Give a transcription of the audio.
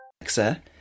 Alexa